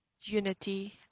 unity